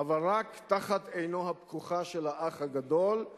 אבל רק תחת עינו הפקוחה של האח הגדול,